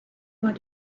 what